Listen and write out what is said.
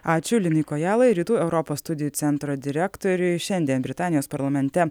ačiū linui kojalai rytų europos studijų centro direktoriui šiandien britanijos parlamente